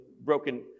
broken